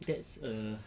that's a